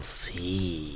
see